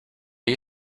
you